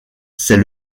c’est